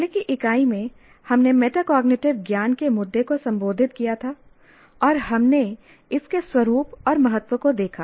पहले की इकाई में हमने मेटाकॉग्निटिव ज्ञान के मुद्दे को संबोधित किया था और हमने इसके स्वरूप और महत्व को देखा